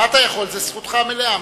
זו זכותך המלאה.